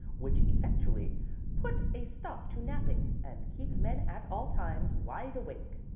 which effectually put a stop to napping, and keep men at all times wide awake.